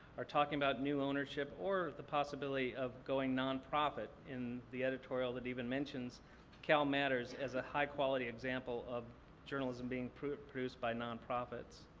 are talking about new ownership or the possibility of going nonprofit. in the editorial, it even mentions calmatters as a high-quality example of journalism being produced produced by nonprofits.